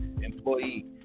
employee